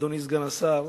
אדוני סגן השר,